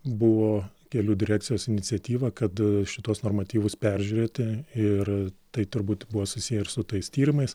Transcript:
buvo kelių direkcijos iniciatyva kad šituos normatyvus peržiūrėti ir tai turbūt buvo susiję ir su tais tyrimais